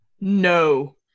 No